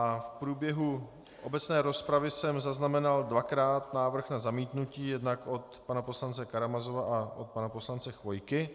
V průběhu obecné rozpravy jsem zaznamenal dvakrát návrh na zamítnutí, jednak od pana poslance Karamazova a od pana poslance Chvojky.